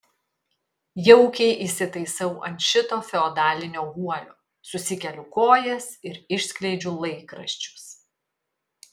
jaukiai įsitaisau ant šito feodalinio guolio susikeliu kojas ir išskleidžiu laikraščius